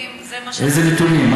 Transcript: אלה הנתונים.